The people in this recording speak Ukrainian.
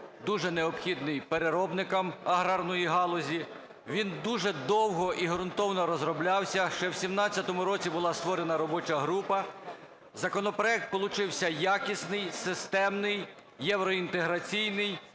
дуже необхідний переробникам аграрної галузі. Він дуже довго і ґрунтовно розроблявся. Ще в 2017 році була створена робоча група. Законопроект получився якісний, системний, євроінтеграційний,